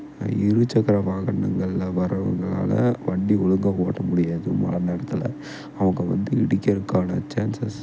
இரு சக்கர வாகனங்களில் வரவங்களால வண்டி ஒழுங்கா ஓட்ட முடியாது மழ நேரத்தில் அவங்க வந்து இடிக்கிறக்கான சான்ஸஸ்